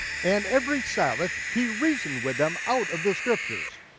and every sabbath he reasoned with them out of the scriptures.